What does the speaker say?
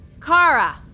Kara